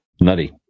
Nutty